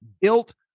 built